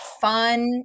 fun